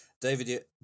David